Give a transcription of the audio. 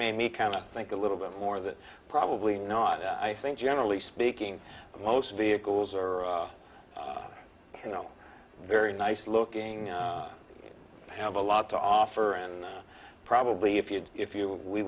made me kind of think a little bit more that probably not i think generally speaking most vehicles are you know very nice looking have a lot to offer and probably if you if you we